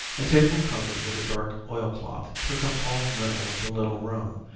a table covered with a dark oilcloth took up all the middle of the little room.